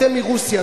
אתם מרוסיה,